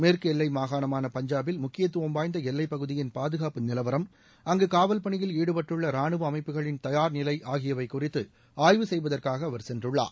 மேற்கு எல்லை மாகாணமான பஞ்சாபில் முக்கியத்துவம் வாய்ந்த எல்லைப் பகுதியின் பாதுகாப்பு நிலவரம் காவல் பணியில் ஈடுபட்டுள்ள ராணுவ அமைப்புகளின் தயார்நிலை ஆகியவை குறித்து ஆய்வு அங்கு செய்வதற்காக அவர் சென்றுள்ளார்